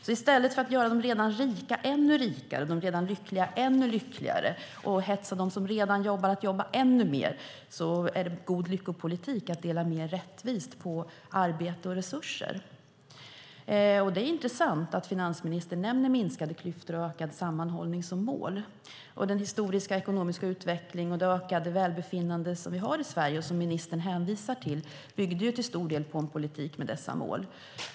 I stället för att göra de redan rika ännu rikare och de redan lyckliga ännu lyckligare och hetsa dem som redan jobbar att jobba ännu mer är det god lyckopolitik att dela mer rättvist på arbete och resurser. Det är intressant att finansministern nämner minskade klyftor och ökad sammanhållning som mål. Den historiska ekonomiska utveckling och det ökade välbefinnande som vi har i Sverige och som ministern hänvisar till byggde ju till stor del på en politik med dessa mål.